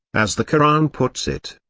as the koran puts it.